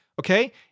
Okay